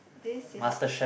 this is